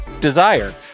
Desire